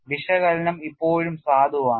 വിശകലനം ഇപ്പോഴും സാധുവാണ്